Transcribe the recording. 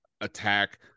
attack